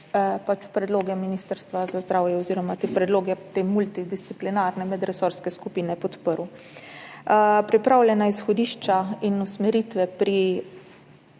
podprl predloge Ministrstva za zdravje oziroma predloge te multidisciplinarne medresorske skupine. Pripravljena izhodišča in usmeritve pri